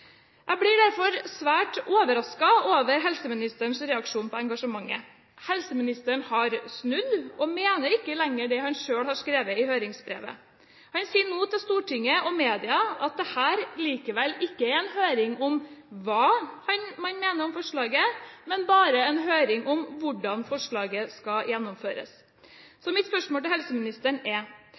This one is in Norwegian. Jeg blir derfor svært overrasket over helseministerens reaksjon på engasjementet. Helseministeren har snudd og mener ikke lenger det han selv har skrevet i høringsbrevet. Han sier nå til Stortinget og media at dette likevel ikke er en høring om hva man mener om forslaget, men bare en høring om hvordan forslaget skal gjennomføres. Mitt spørsmål til helseministeren er: